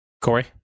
Corey